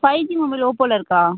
five G mobile ஓப்போவில இருக்கா